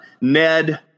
Ned